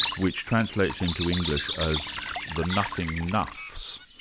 which translates into english as the nothing noths,